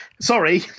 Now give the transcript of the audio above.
sorry